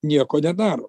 nieko nedaro